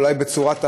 אולי בצורת ההצבעה,